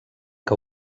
que